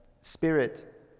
spirit